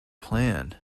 plan